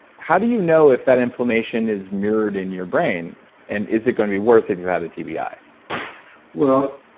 how do you know if that inflammation is mirrored in your brain and is it going to be worse if you had a tbi? well,